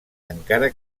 encara